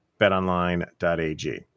BetOnline.ag